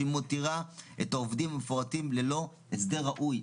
בכך שהיא מותירה את העובדים המפורטים ללא הסדר ראוי.